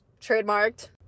trademarked